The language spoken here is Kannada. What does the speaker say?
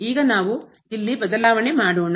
ಈಗ ನಾವು ಇಲ್ಲಿ ಬದಲಾವಣೆ ಮಾಡೋಣ